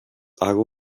hago